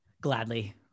Gladly